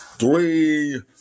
Three